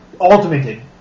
ultimated